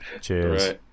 cheers